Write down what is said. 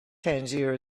tangier